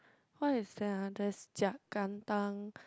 what is that ah there's jiak-kentang